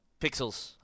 pixels